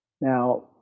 Now